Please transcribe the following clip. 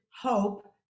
hope